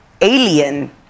alien